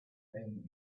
playing